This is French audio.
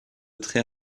très